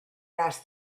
las